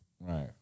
Right